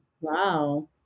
Wow